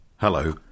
Hello